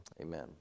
Amen